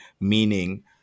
meaning